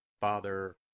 Father